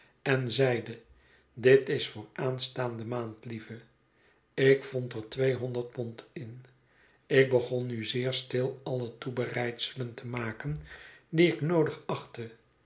en zeide dit is voor aanstaande maand lieve ik vond er tweehonderd pond in ik begon nu zeer stil alle toebereidselen te maken die ik noodig achtte